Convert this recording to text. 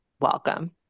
welcome